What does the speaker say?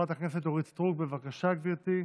חברת הכנסת אורית סטרוק, בבקשה, גברתי,